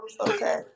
okay